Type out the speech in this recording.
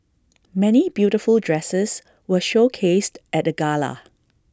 many beautiful dresses were showcased at the gala